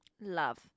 love